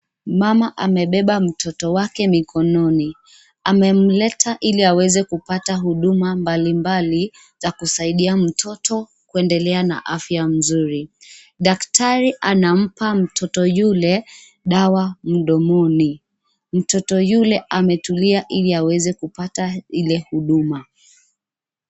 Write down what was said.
Mama amebeba mtoto wake mikononi, amemleta ili aweze kupata huduma mbalimbali za kusaidia mtoto kuendelea na afya nzuri. Daktari anampa mtoto yule dawa mdomoni. Mtoto yule ametulia ili aweze kupata ile huduma.